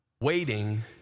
Waiting